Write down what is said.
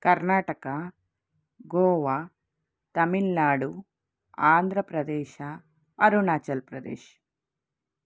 Karnataka Goa Tamil Nadu Andhra Pradesh Arunachal Pradesh